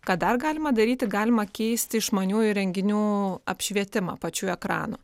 ką dar galima daryti galima keisti išmaniųjų įrenginių apšvietimą pačių ekranų